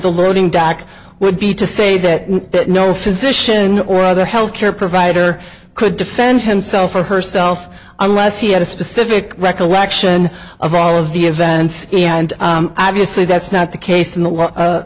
the loading dock would be to say that no physician or other health care provider could defend himself or herself unless he had a specific recollection of all of the events and obviously that's not the case in the